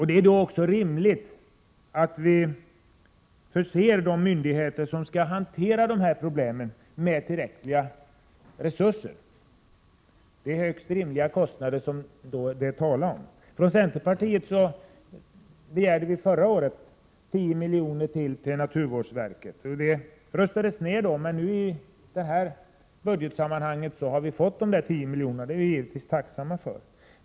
Det är då också rimligt att vi förser de myndigheter som skall hantera de här problemen med tillräckliga resurser. Det är högst rimliga kostnader det då är tal om. Från centerpartiet begärde vi förra året ytterligare 10 milj.kr. till naturvårdsverket. Detta röstades ned, men i årets budget har vi fått de där 10 miljonerna, och det är vi givetvis tacksamma för.